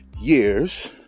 years